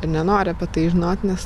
nenori apie tai žinot nes